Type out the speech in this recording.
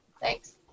Thanks